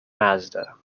mazda